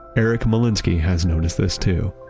eric molinsky has noticed this too.